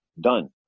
Done